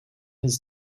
his